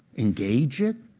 engage it?